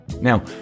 Now